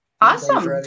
awesome